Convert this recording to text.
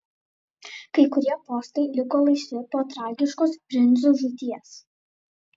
kai kurie postai liko laisvi po tragiškos princų žūties